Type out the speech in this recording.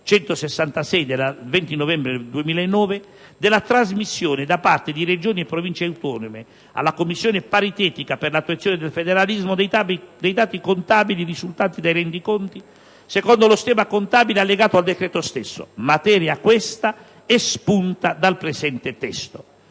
legge 20 novembre 2009, n. 166, della trasmissione da parte di Regioni e Province autonome alla Commissione tecnica paritetica per l'attuazione del federalismo dei dati contabili risultanti dai rendiconti secondo lo schema contabile allegato al decreto stesso, materia, questa, espunta dal presente testo.